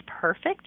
perfect